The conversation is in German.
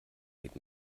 geht